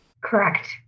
Correct